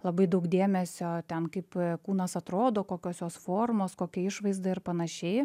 labai daug dėmesio ten kaip kūnas atrodo kokios jos formos kokia išvaizda ir panašiai